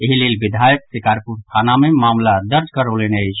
एहि लेल विधायक शिकारपुर थाना मे मामिला दर्ज करौलनि अछि